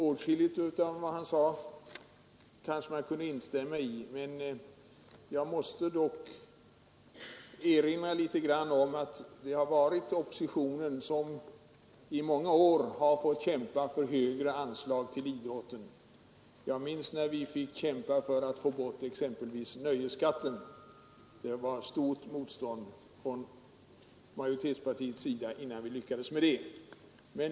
Åtskilligt av vad han sade kunde man instämma i, men jag måste med hänsyn till hans historieskrivning erinra om att det har varit oppositionen som i många år har fått kämpa för högre anslag till idrotten. Jag minns när vi fick kämpa för att få bort exempelvis nöjesskatten. Vi mötte stort motstånd från majoritetspartiets sida innan vi lyckades med det.